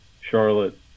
Charlotte